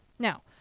Now